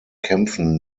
kämpfen